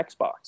Xbox